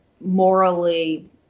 morally